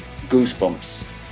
goosebumps